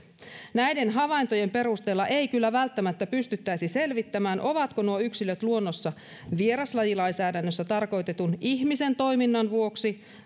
näiden havaintojen perusteella ei kyllä välttämättä pystyttäisi selvittämään ovatko nuo yksilöt luonnossa vieraslajilainsäädännössä tarkoitetun ihmisen toiminnan vuoksi